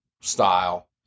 style